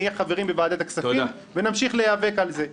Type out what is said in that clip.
נהיה חברים בוועדת הכספים ונמשיך להיאבק על זה.